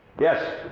Yes